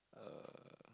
uh